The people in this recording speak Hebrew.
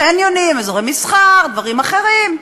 קניונים, אזורי מסחר, דברים אחרים.